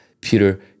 Peter